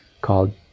called